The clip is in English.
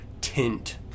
tint